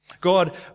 God